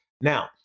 Now